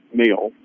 meal